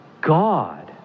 God